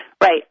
Right